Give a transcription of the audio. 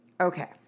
Okay